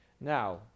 now